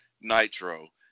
Nitro